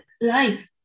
life